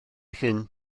llyn